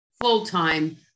full-time